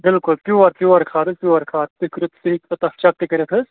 بِلکُل پیٛوٗر پیٛوٗر کھاد حظ پیٛوٗر کھاد تُہۍ کٔرِو تُہۍ ہیٚکِو تَتھ چیک تہِ کٔرِتھ حظ